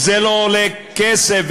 זה לא עולה כסף.